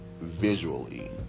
visually